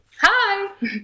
Hi